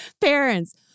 parents